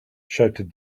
shouted